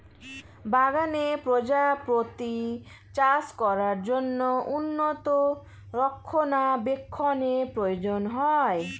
বাগানে প্রজাপতি চাষ করার জন্য উন্নত রক্ষণাবেক্ষণের প্রয়োজন হয়